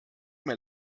mir